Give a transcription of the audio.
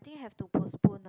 I think have to postpone ah